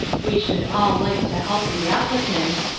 we should all like to help the applicants,